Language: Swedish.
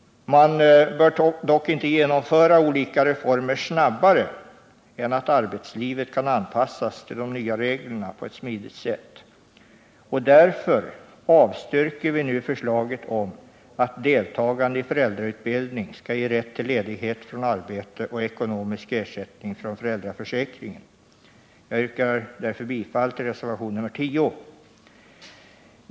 Man bör dock inte genomföra olika reformer snabbare än att arbetslivet på ett smidigt sätt kan anpassas till de nya reglerna. Därför avstyrker vi nu förslaget om att deltagande i föräldrautbildning skall ge rätt till ledighet från arbete och ekonomisk ersättning från föräldraförsäkringen. Jag yrkar därför bifall till reservation nr 10.